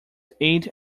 aid